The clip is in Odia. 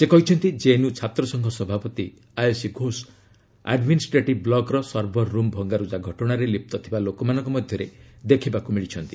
ସେ କହିଛନ୍ତି କେଏନ୍ୟୁ ଛାତ୍ର ସଂଘ ସଭାପତି ଆୟଶୀ ଘୋଷ ଆଡମିନ୍ଷ୍ଟ୍ରେଟିଭ୍ ବ୍ଲକ୍ର ସର୍ଭରରୁମ୍ ଭଙ୍ଗାରୁଜା ଘଟଣାରେ ଲିପ୍ତ ଥିବା ଲୋକମାନଙ୍କ ମଧ୍ୟରେ ଦେଖିବାକୁ ମିଳିଛନ୍ତି